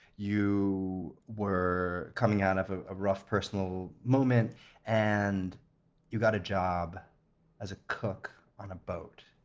you were coming out of of a rough personal moment and you got a job as a cook on a boat.